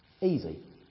easy